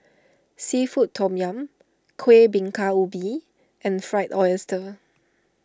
Seafood Tom Yum Kueh Bingka Ubi and Fried Oyster